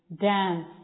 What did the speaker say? dance